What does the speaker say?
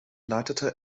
leitete